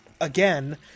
again